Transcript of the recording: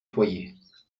foyers